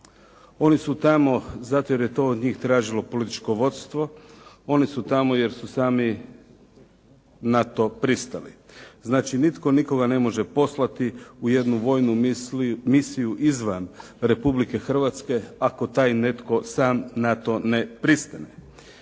Oni su tamo znate, jer je to od njih tražilo političko vodstvo, oni su tamo, jer su sami na to pristali. Znači nitko nikoga ne može poslati u jednu vojnu misiju izvan Republike Hrvatske ako taj netko sam na to ne pristane.